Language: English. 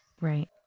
Right